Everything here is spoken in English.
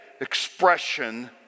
expression